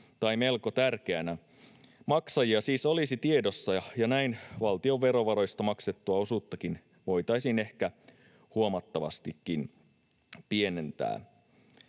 tai melko tärkeänä. Maksajia siis olisi tiedossa, ja näin valtion verovaroista maksettua osuuttakin voitaisiin ehkä huomattavastikin pienentää.